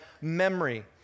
memory